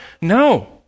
No